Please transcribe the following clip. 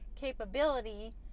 capability